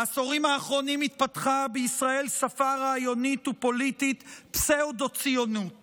בעשורים האחרונים התפתחה בישראל שפה רעיונית ופוליטית פסאודו-ציונית.